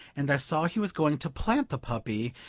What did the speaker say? and i saw he was going to plant the puppy,